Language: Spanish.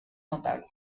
notable